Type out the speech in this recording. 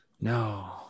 no